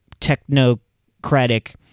technocratic